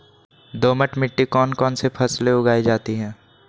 दोमट मिट्टी कौन कौन सी फसलें उगाई जाती है?